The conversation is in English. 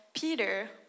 Peter